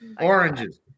Oranges